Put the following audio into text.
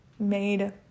Made